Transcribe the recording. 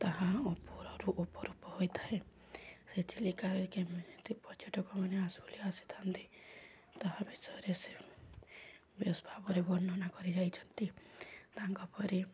ତାହା ଉପରରୁ ଅପରୂପ ହୋଇଥାଏ ସେ ଚିଲିକାରେ କେମିତି ପର୍ଯ୍ୟଟକ ମାନେ ଆସଲି ଆସିଥାନ୍ତି ତାହା ବିଷୟରେ ସେ ବେଶ ଭାବରେ ବର୍ଣ୍ଣନା କରିଯାଇଛନ୍ତି ତାଙ୍କ ପରେ